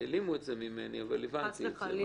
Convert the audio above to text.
העלימו את זה ממני, אבל הבנתי.